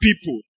people